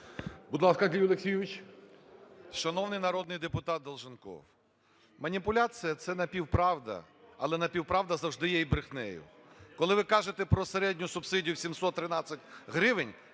Будь ласка, Андрій Олексійович. 11:12:10 РЕВА А.О. Шановний народний депутат Долженков, маніпуляція – це напівправда, але напівправда завжди є і брехнею. Коли ви кажете про середню субсидію 713 гривень